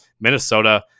minnesota